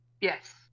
Yes